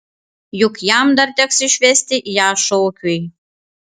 juk jam dar teks išvesti ją šokiui